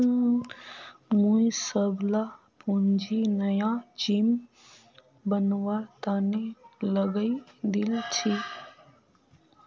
मुई सबला पूंजी नया जिम बनवार तने लगइ दील छि